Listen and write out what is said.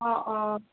অঁ অঁ